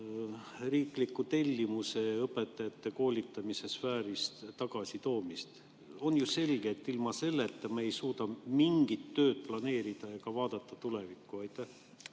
riikliku tellimuse õpetajate koolitamise sfääri tagasitoomist. On ju selge, et ilma selleta ei suuda me mingit tööd planeerida ega tulevikku